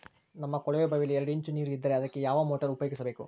ನಮ್ಮ ಕೊಳವೆಬಾವಿಯಲ್ಲಿ ಎರಡು ಇಂಚು ನೇರು ಇದ್ದರೆ ಅದಕ್ಕೆ ಯಾವ ಮೋಟಾರ್ ಉಪಯೋಗಿಸಬೇಕು?